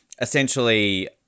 essentially